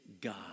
God